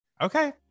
okay